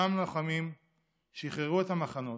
אותם לוחמים שחררו את המחנות,